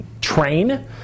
train